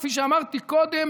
כפי שאמרתי קודם,